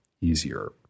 easier